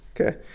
Okay